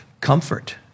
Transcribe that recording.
comfort